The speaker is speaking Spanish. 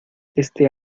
este